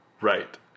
Right